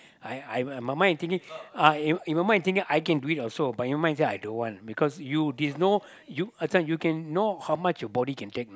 I I in my mind I thinking uh I I in my mind I thinking I can do it also but in my mind I don't want because you there's no you sorry you can know how much your body can take know